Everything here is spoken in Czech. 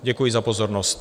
Děkuji za pozornost.